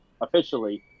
officially